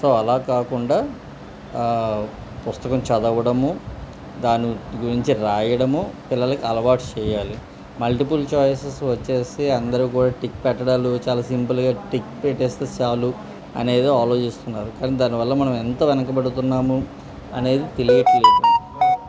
so అలా కాకుండా పుస్తకం చదవడము దాని గురించి రాయడము పిల్లలకు అలవాటు చేయాలి మల్టిపుల్ చాయిస్ వచ్చి అందరు కూడా టిక్ పెట్టడాలు చాలా సింపుల్గా టిక్ పెట్టేస్తే చాలు అనేది ఆలోచిస్తున్నారు కానీ దానివల్ల మనం ఎంత వెనకబడుతున్నాము అనేది తెలియట్లేదు